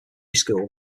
school